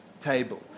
table